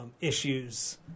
issues